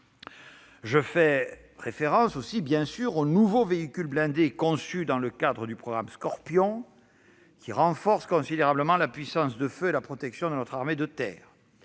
Je fais aussi référence bien sûr aux nouveaux véhicules blindés conçus dans le cadre du programme Scorpion, qui renforcent considérablement la puissance de feu et la protection de notre armée de terre.